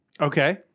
Okay